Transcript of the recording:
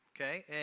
Okay